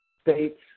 states